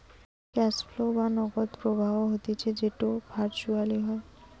cash flow বা নগদ প্রবাহ হতিছে যেটো ভার্চুয়ালি হয়